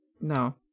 No